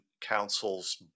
Council's